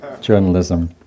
journalism